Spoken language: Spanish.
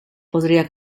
podría